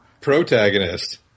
Protagonist